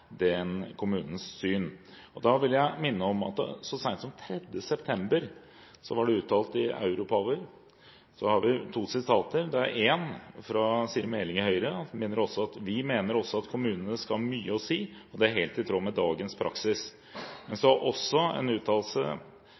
den kommunens syn. Da vil jeg minne om to uttalelser i Europower fra så sent som 3. september. Den ene er fra Siri A. Meling i Høyre, som sier: «Vi mener også at kommunene skal ha mye å si, og det er helt i tråd med dagens praksis». Det er også en uttalelse